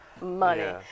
money